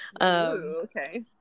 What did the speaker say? okay